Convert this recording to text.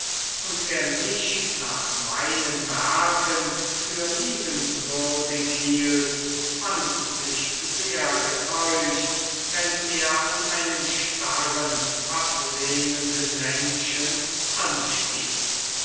und wer mich nach meinen werken für liebenswürdig hielt fand sich sehr getäuscht wenn er an einen starren ablehnenden menschen anstieß